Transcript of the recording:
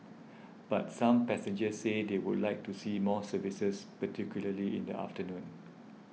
but some passengers said they would like to see more services particularly in the afternoon